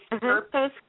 purpose